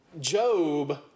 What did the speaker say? Job